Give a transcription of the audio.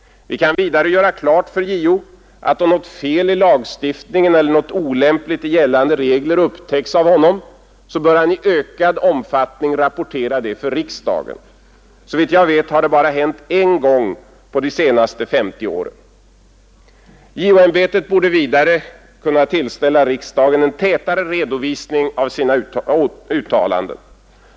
Vi kan vidare göra klart för JO att han, då något fel i lagstiftningen eller något olämpligt i gällande regler upptäcks, i ökad omfattning bör rapportera detta för riksdagen. Såvitt jag vet har det bara hänt en gång på de senaste 50 åren. JO-ämbetet borde vidare tillställa riksdagen tätare redovisningar av sina uttalanden.